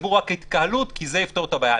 תדברו רק על התקהלות כי זה יפתור את הבעיה.